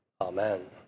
Amen